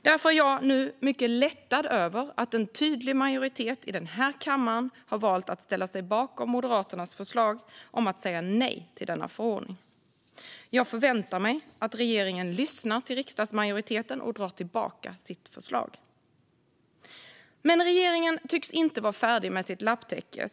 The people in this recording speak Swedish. Därför är jag nu mycket lättad över att en tydlig majoritet i den här kammaren har valt att ställa sig bakom Moderaternas förslag om att säga nej till denna förordning. Jag förväntar mig att regeringen lyssnar till riksdagsmajoriteten och drar tillbaka sitt förslag. Men regeringen tycks inte vara färdig med sitt lapptäcke.